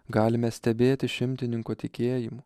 galime stebėti šimtininko tikėjimu